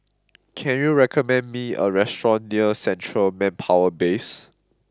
can you recommend me a restaurant near Central Manpower Base